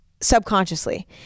subconsciously